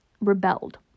rebelled